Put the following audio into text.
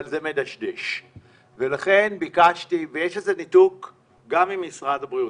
אבל זה מדשדש ויש איזה ניתוק גם עם משרד הבריאות.